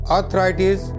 Arthritis